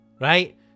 right